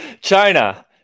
China